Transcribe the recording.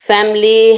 Family